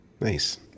Nice